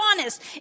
honest